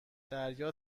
دریا